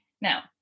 Now